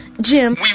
Jim